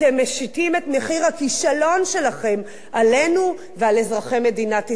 אתם משיתים את מחיר הכישלון שלכם עלינו ועל אזרחי מדינת ישראל.